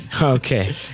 okay